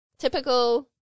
Typical